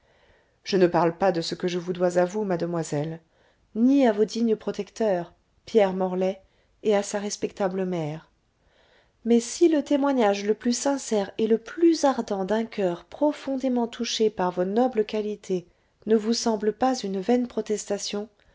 je ne parle pas de ce que je vous dois à vous mademoiselle ni à vos dignes protecteurs pierre morlaix et à sa respectable mère mais si le témoignage le plus sincère et le plus ardent d'un coeur profondément touché par vos nobles qualités ne vous semble pas une vaine protestation